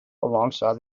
alongside